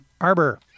Arbor